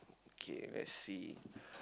okay let's see